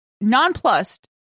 nonplussed